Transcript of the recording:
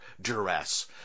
duress